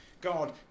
God